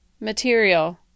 material